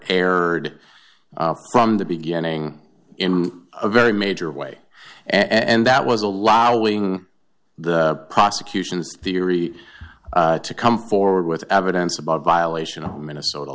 erred from the beginning in a very major way and that was allowing the prosecution's theory to come forward with evidence about violation of minnesota